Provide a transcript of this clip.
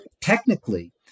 technically